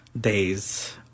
days